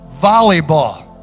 volleyball